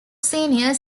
senior